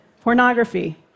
pornography